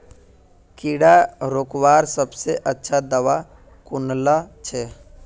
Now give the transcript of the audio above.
कीड़ा रोकवार सबसे अच्छा दाबा कुनला छे?